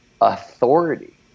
authority